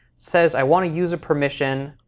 says i want to use a permission,